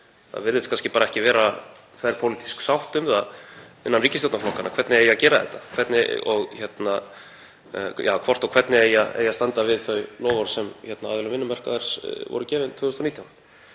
Það virðist ekki vera þverpólitísk sátt um það innan ríkisstjórnarflokkanna hvernig eigi að gera þetta, hvort og hvernig eigi að standa við þau loforð sem aðilum vinnumarkaðar voru gefin 2019.